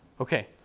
Okay